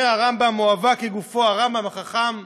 אומר הרמב"ם: אוהבה כגופו, הרמב"ם החכם,